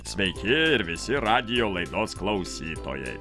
sveiki ir visi radijo laidos klausytojai